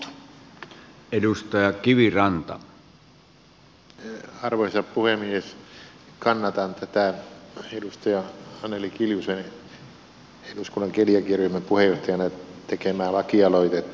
kannatan tätä edustaja anneli kiljusen eduskunnan keliakiaryhmän puheenjohtajana tekemää lakialoitetta